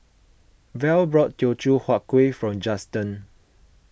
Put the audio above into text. Val bought Teochew Huat Kueh for Justen